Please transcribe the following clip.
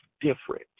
different